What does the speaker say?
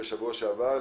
בשבוע שעבר,